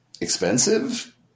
expensive